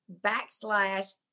backslash